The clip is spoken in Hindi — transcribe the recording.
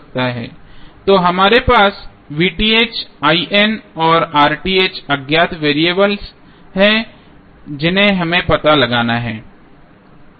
तो हमारे पास और अज्ञात वेरिएबल हैं जिन्हें हमें पता लगाना है